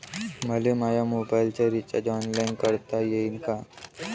मले माया मोबाईलचा रिचार्ज ऑनलाईन करता येईन का?